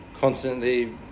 constantly